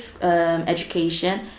education